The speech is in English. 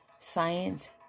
Science